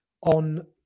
on